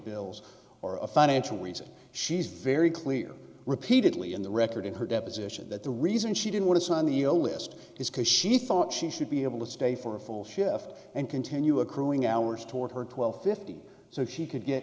bills or a financial reason she's very clear repeatedly in the record in her deposition that the reason she didn't want to sign the you know list is because she thought she should be able to stay for a full shift and continue accruing hours toward her twelve fifteen so she could get